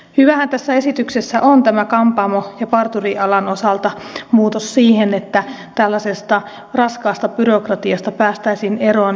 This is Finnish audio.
hyväähän tässä esityksessä on kampaamo ja parturialan osalta muutos siihen että tällaisesta raskaasta byrokratiasta päästäisiin eroon